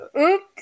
oops